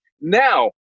Now